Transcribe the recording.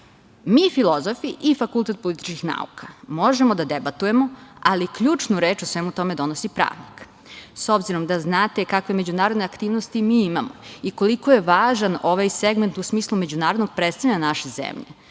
Mi filozofi i Fakultet političkih nauka možemo da debatujemo, ali ključnu reč o svemu tome donosi pravnik.S obzirom da znate kakve međunarodne aktivnosti mi imamo i koliko je važan ovaj segment u smislu međunarodnog predstavljanja naše zemlje.